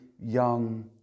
young